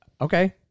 Okay